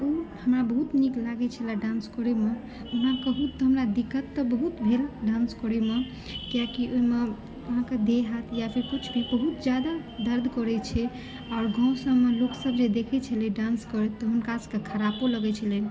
ओ हमरा बहुत नीक लागैत छले डान्स करैमे हमरा कहू तऽ हमरा दिक्कत तऽ बहुत भेल डान्स करैमे कियाकि ओहिमे अहाँकेँ देह हाथ या कुछ भी बहुत ज्यादा दर्द करैत छै आओर गाँव सभमे लोकसभ जे देखैत छलै डान्स करैत तऽ हुनकासभकेँ खराबो लगैत छलै